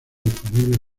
disponibles